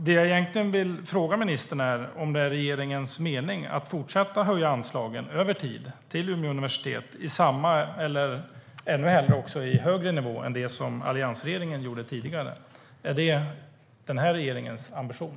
Det jag egentligen vill fråga ministern är om det är regeringens mening att fortsätta höja anslagen till Umeå universitet över tid i samma eller, ännu hellre, i högre grad än alliansregeringen tidigare gjorde. Är det den här regeringens ambition?